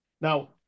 Now